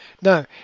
Now